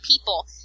people